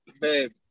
Babe